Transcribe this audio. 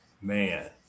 man